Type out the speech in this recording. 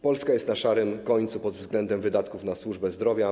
Polska jest na szarym końcu pod względem wydatków na służbę zdrowia.